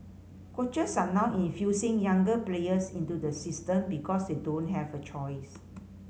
coaches are now infusing younger players into the system because they don't have a choice